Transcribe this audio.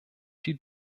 die